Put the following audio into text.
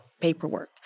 paperwork